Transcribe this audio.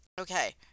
Okay